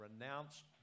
renounce